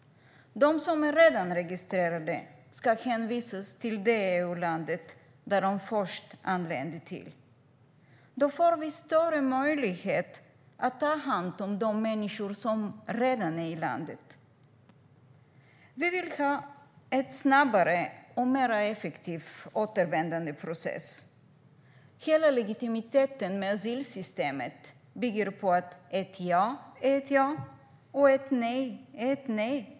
De som redan är registrerade ska hänvisas till det EU-land de först anlände till. Då får vi större möjligheter att ta hand om de människor som redan är i landet. Vi vill ha en snabbare och mer effektiv återvändandeprocess. Hela legitimiteten med asylsystemet bygger på att ett ja är ett ja och ett nej ett nej.